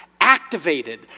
activated